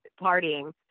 partying